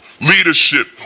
leadership